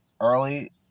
Early